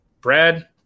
Brad